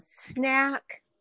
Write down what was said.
snack